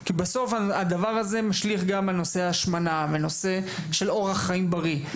כי בסוף הדבר הזה משליך על נושא ההשמנה ואורח חיים בריא.